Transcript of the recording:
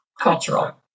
cultural